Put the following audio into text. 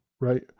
right